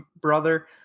brother